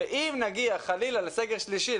שאם נגיע חלילה לסגר שלישי,